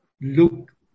look